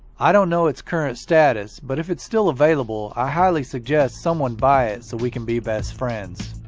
i don't know its current status but if it's still available, i highly suggest someone buy it so we can be best friends.